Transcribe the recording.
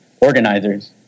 organizers